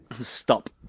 Stop